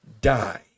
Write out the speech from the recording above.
die